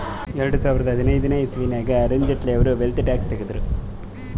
ಎರಡು ಸಾವಿರದಾ ಹದಿನೈದನೇ ಇಸವಿನಾಗ್ ಅರುಣ್ ಜೇಟ್ಲಿ ಅವ್ರು ವೆಲ್ತ್ ಟ್ಯಾಕ್ಸ್ ತಗುದ್ರು